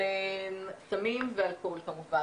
של סמים ואלכוהול כמובן.